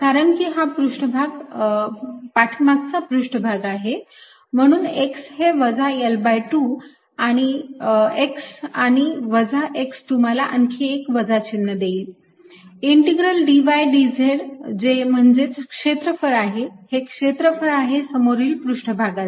कारण की हा पाठीमागचा पृष्ठभाग आहे म्हणून x हे वजा L2 आणि x आणि वजा x तुम्हाला आणखी एक वजा चिन्ह देईल इंटिग्रल dy dz जे म्हणजेच क्षेत्रफळ आहे हे क्षेत्रफळ आहे समोरील पृष्ठभागाचे